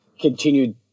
continued